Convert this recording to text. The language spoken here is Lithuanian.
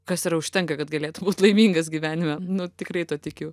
kas yra užtenka kad galėtum būt laimingas gyvenime nu tikrai tuo tikiu